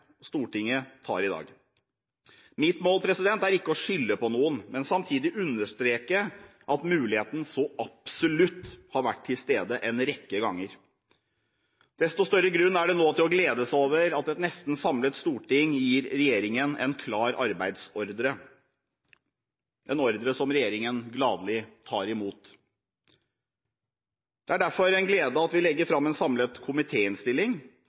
Stortinget tar i dag. Mitt mål er ikke å skylde på noen, men samtidig understreker jeg at muligheten så absolutt har vært til stede en rekke ganger. Desto større grunn er det nå til å glede seg over at et nesten samlet storting gir regjeringen en klar arbeidsordre – en ordre som regjeringen gladelig tar imot. Det er derfor en glede at vi legger fram en samlet